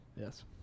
Yes